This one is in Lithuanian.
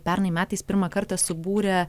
pernai metais pirmą kartą subūrė